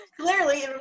clearly